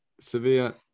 Sevilla